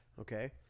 okay